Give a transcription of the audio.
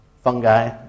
Fungi